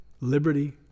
liberty